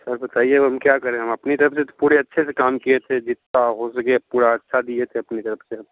sir बताइए अब हम क्या करें हम अपनी तरफ से तो पूरे अच्छे से काम किए थे जितना हो सके पूरा अच्छा दिए थे अपनी तरफ से अब